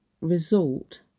result